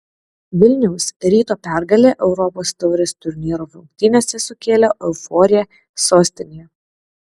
vilniaus ryto pergalė europos taurės turnyro rungtynėse sukėlė euforiją sostinėje